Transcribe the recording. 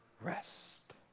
rest